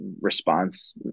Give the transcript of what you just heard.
response